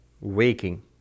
waking